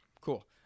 Cool